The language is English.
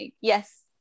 yes